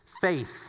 faith